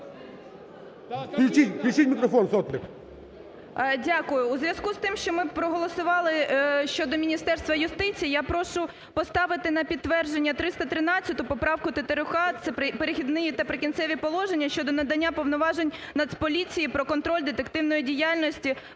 Дякую. У зв'язку з тим, що ми проголосували щодо Міністерства юстиції я прошу підставити на підтвердження 313 поправку Тетерука це "Перехідні та прикінцеві положення" щодо надання повноважень Нацполіції про контроль детективної діяльності